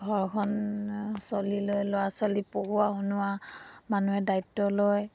ঘৰখন চলি লৈ ল'ৰা ছোৱালী পঢ়োৱা শুনোৱা মানুহে দায়িত্ব লয়